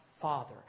Father